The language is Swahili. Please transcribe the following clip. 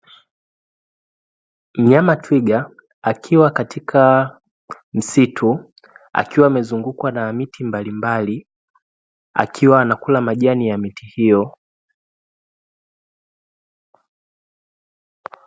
Mnyama twiga akiwa katika msitu, akiwa amezungukwa na miti mbalimbali akiwa anakula maja ya miti hiyo.